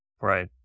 Right